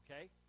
okay